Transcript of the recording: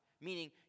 meaning